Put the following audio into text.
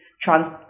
trans